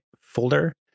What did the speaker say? folder